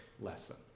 lesson